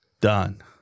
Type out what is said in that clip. done